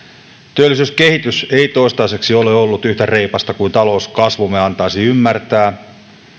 työllisyyskehitys ei toistaiseksi ole ollut yhtä reipasta kuin talouskasvumme antaisi ymmärtää